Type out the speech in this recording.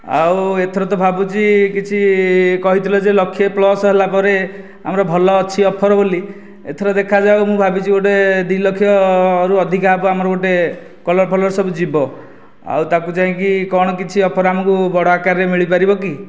ଆଉ ଏଥର ତ ଭାବୁଛି କିଛି କହିଥିଲ ଯେ ଲକ୍ଷେ ପ୍ଲସ ହେଲା ପରେ ଆମର ଭଲ ଅଛି ଅଫର ବୋଲି ଏଥର ଦେଖାଯାଉ ମୁଁ ଭାବିଛି ଗୋଟିଏ ଦୁଇ ଲକ୍ଷରୁ ଅଧିକା ହେବ ଆମର ଗୋଟିଏ କଲର ଫଲର ସବୁ ଯିବ ଆଉ ତାକୁ ଯାଇକି କଣ କିଛି ଅଫର୍ ଆମକୁ ବଡ଼ ଆକାରରେ ଆମକୁ ମିଳିପାରିବ କି